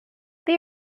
they